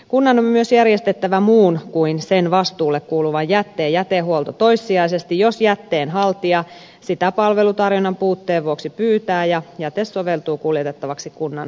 kunnan on myös järjestettävä muun kuin sen vastuulle kuuluvan jätteen jätehuolto toissijaisesti jos jätteen haltija sitä palvelutarjonnan puutteen vuoksi pyytää ja jäte soveltuu kuljettavaksi kunnan jätehuoltojärjestelmässä